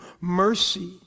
mercy